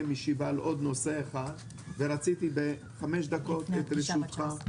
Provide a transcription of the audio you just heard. ישיבה על נושא נוסף ולכן אני מבקש את רשותך,